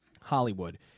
Hollywood